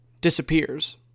disappears